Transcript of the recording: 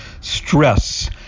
stress